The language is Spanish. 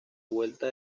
vuelta